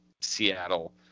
Seattle